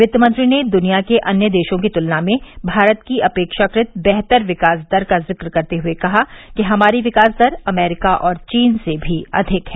वित्त मंत्री ने दुनिया के अन्य देशों की तुलना में भारत की अपेक्षाकृत बेहतर विकास दर का जिक्र करते हुए कहा कि हमारी विकास दर अमरीका और चीन से भी अधिक है